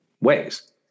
ways